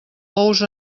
ous